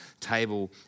table